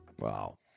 Wow